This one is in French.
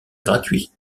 gratuit